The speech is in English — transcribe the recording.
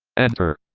enter.